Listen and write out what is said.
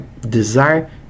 desire